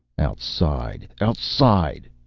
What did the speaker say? outside, outside!